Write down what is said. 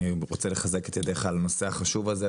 אני רוצה לחזק את ידיך על הנושא החשוב הזה,